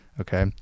okay